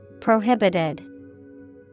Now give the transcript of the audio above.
Prohibited